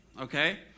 okay